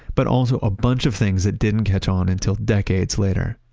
but also a bunch of things that didn't catch on until decades later.